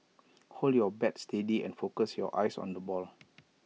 hold your bat steady and focus your eyes on the ball